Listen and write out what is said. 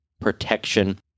protection